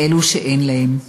לאלו שאין להם.